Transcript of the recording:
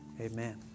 Amen